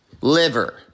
liver